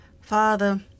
Father